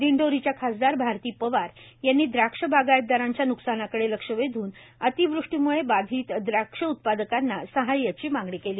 दिंडोरीच्या खासदार भारती पवार यांनी द्राक्ष बागायतदारांच्या न्कसानाकडे लक्ष वेधून अतिवृष्टीमुळे बाधित द्राक्ष उत्पादकांना सहाय्याची मागणी केली